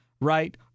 right